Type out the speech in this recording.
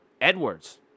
Edwards